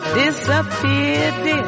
disappeared